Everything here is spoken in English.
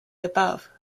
above